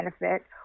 benefit